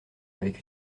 avec